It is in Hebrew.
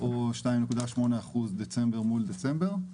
או 2.8% דצמבר מול דצמבר,